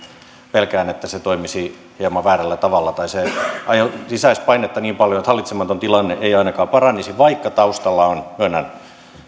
pelkään että se toimisi hieman väärällä tavalla tai se lisäisi painetta niin paljon että hallitsematon tilanne ei ainakaan paranisi vaikka taustalla on myönnän